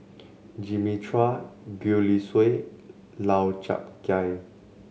Jimmy Chua Gwee Li Sui Lau Chiap Khai